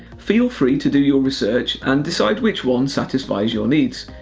feel free to do your research and decide which one satisfies your needs,